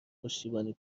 پشتیبانی